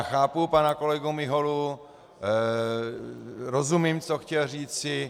Chápu pana kolegu Miholu, rozumím, co chtěl říci.